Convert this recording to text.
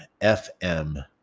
fm